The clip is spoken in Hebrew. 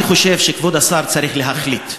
אני חושב שכבוד השר צריך להחליט,